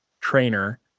trainer